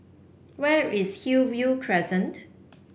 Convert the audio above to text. where is Hillview Crescent